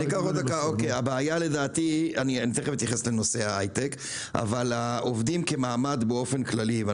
אני תכף אתייחס לנושא ההיי-טק אבל העובדים כמעמד באופן כללי,